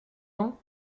ans